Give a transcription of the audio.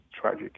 tragic